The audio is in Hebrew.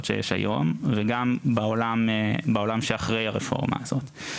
שיש היום וגם בעולם שאחרי הרפורמה הזאת,